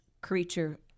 creature